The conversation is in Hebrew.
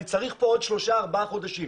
אני צריך כאן עוד שלושה-ארבעה חודשים.